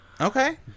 Okay